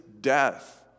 death